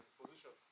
position